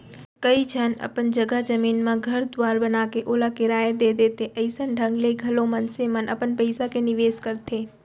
कइ झन अपन जघा जमीन म घर दुवार बनाके ओला किराया दे देथे अइसन ढंग ले घलौ मनसे मन अपन पइसा के निवेस करथे